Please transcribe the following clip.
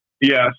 Yes